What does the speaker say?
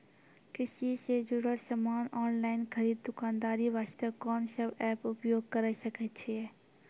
कृषि से जुड़ल समान ऑनलाइन खरीद दुकानदारी वास्ते कोंन सब एप्प उपयोग करें सकय छियै?